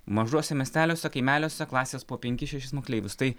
mažuose miesteliuose kaimeliuose klasės po penkis šešis moksleivius tai